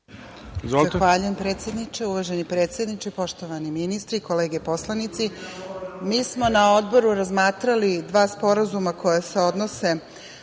Hvala.